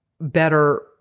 better